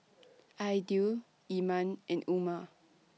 Aidil Iman and Umar